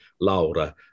Laura